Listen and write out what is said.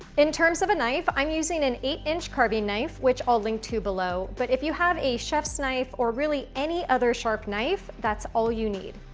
in terms of a knife, i'm using an eight-inch carving knife, which i'll link to below, but if you have a chef's knife or really any other sharp knife, that's all you need.